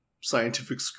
Scientific